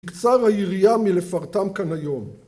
תקצר העירייה מלפרטם כאן היום